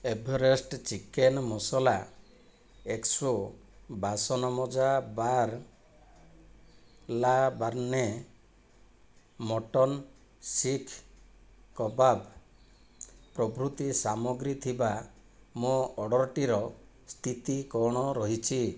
Everest chicken masala Exo ବାସନମଜା bar ଲାକାର୍ଣ୍ଣେ mutton seekh kebab ପ୍ରଭୃତି ସାମଗ୍ରୀ ଥିବା ମୋ ଅର୍ଡ଼ର୍ଟିର ସ୍ଥିତି କ'ଣ ରହିଛି